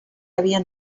havien